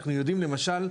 אנחנו יודעים למשל,